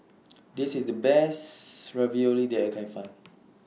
This IS The Best Ravioli that I Can Find